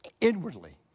inwardly